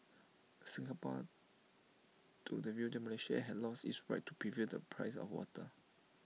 Singapore took the view that Malaysia had lost its right to review the price of water